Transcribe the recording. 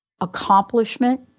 accomplishment